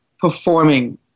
Performing